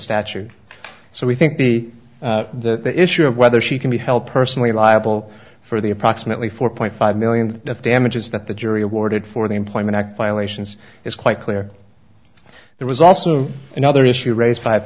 statute so we think the the issue of whether she can be helped personally liable for the approximately four point five million damages that the jury awarded for the employment act violations is quite clear there was also another issue raised five